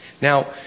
Now